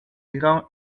iran